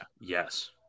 Yes